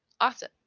Awesome